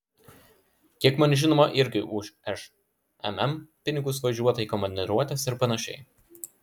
kiek man žinoma irgi už šmm pinigus važiuota į komandiruotes ir panašiai